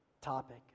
topic